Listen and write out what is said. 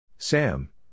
Sam